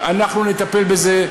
אנחנו נטפל בזה.